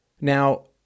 Now